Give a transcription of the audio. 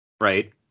Right